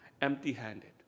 empty-handed